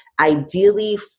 ideally